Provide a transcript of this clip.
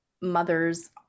mothers